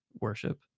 worship